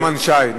נחמן שי,